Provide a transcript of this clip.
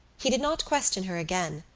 he did not question her again,